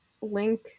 Link